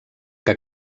que